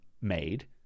made